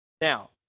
Now